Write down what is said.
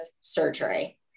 surgery